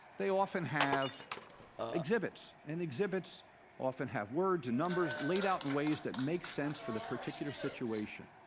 they often have exhibits, and exhibits often have words and numbers laid out in ways that make sense for the particular situation.